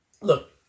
Look